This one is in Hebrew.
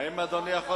התשובה היא כן.